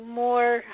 more